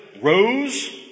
rose